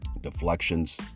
deflections